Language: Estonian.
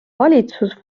valitsus